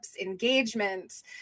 engagements